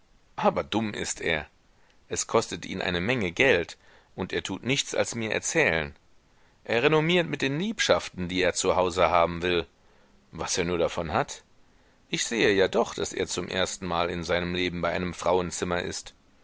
aber dumm ist er es kostet ihn eine menge geld und er tut nichts als mir erzählen er renommiert mit den liebschaften die er zu hause haben will was er nur davon hat ich sehe ja doch daß er zum erstenmal in seinem leben bei einem frauenzimmer ist